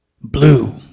blue